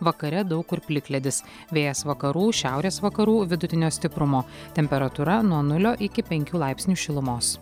vakare daug kur plikledis vėjas vakarų šiaurės vakarų vidutinio stiprumo temperatūra nuo nulio iki penkių laipsnių šilumos